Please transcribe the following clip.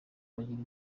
bagira